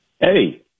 Hey